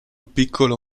piccolo